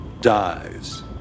dies